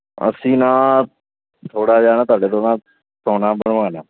ਅਸੀਂ ਨਾ ਥੋੜ੍ਹਾ ਜਿਹਾ ਨਾ ਤੁਹਾਡੇ ਤੋਂ ਨਾ ਸੋਨਾ ਬਨਵਾਉਣਾ